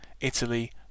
Italy